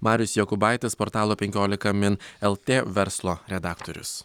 marius jokūbaitis portalo penkiolika min lt verslo redaktorius